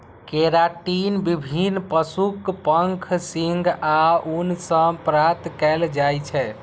keratin विभिन्न पशुक पंख, सींग आ ऊन सं प्राप्त कैल जाइ छै